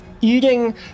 eating